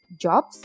jobs